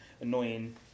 annoying